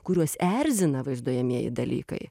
kuriuos erzina vaizduojamieji dalykai